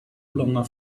longer